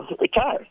retire